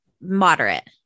moderate